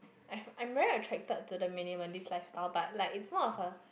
I'm I'm very attracted to the minimalist lifestyle but like it's more of a